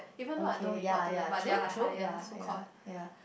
okay ya ya true true ya ya ya